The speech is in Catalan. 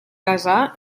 casà